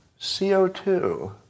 CO2